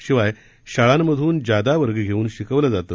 शिवाय शाळांमधून जादा वर्ग घेऊन शिकवलं जात